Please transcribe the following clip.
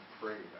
pray